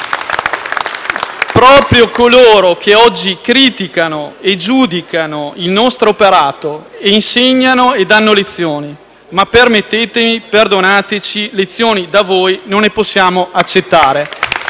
Proprio coloro che oggi criticano e giudicano il nostro operato, insegnano e danno lezioni. Permettetemi e perdonateci: lezioni da voi non ne possiamo accettare.